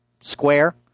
square